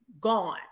gone